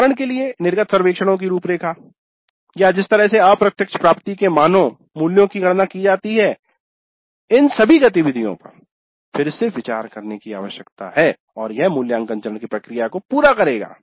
उदाहरण के लिए निर्गत सर्वेक्षणों की रूपरेखा या जिस तरह से अप्रत्यक्ष प्राप्ति के मानों की गणना की जाती है इन सभी गतिविधियों पर फिर से विचार करने की आवश्यकता है और यह मूल्यांकन चरण की प्रक्रिया को पूरा करेगा